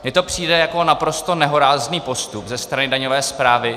Mně to přijde jako naprosto nehorázný postup ze strany daňové správy.